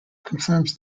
confirms